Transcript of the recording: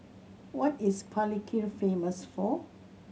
what is Palikir famous for